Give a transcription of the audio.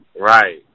right